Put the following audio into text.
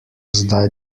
zdaj